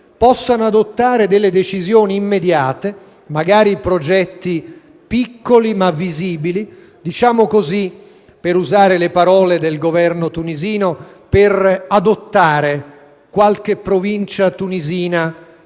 possano adottare decisioni immediate, magari progetti piccoli ma visibili, per usare le parole del Governo tunisino, al fine di adottare qualche provincia tunisina